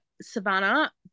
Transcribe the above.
Savannah